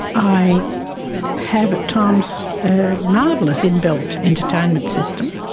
i have at times a marvellous inbuilt entertainment system.